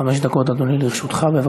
חמש דקות, אדוני, לרשותך.